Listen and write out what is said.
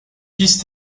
pistes